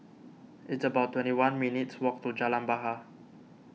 it's about twenty one minutes' walk to Jalan Bahar